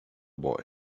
boy